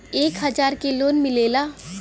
एक हजार के लोन मिलेला?